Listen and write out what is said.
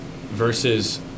versus